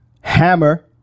Hammer